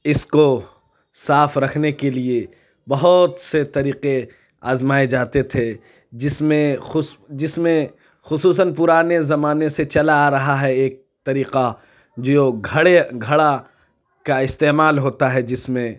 اس کو صاف رکھنے کے لیے بہت سے طریقے آزمائے جاتے تھے جس میں جس میں خصوصاً پرانے زمانے سے چلا آ رہا ہے ایک طریقہ جیو گھڑے گھڑا کا استعمال ہوتا ہے جس میں